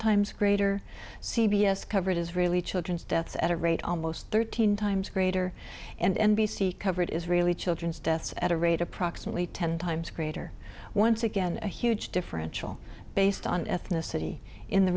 times greater c b s covered israeli children's deaths at a rate almost thirteen times greater and b c covered israeli children's deaths at a rate approximately ten times greater once again a huge differential based on ethnicity in the